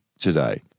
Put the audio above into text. today